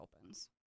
opens